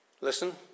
Listen